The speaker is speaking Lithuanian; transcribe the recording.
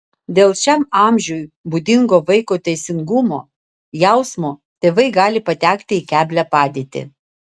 dėl šiam amžiui būdingo vaiko teisingumo jausmo tėvai gali patekti į keblią padėtį